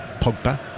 Pogba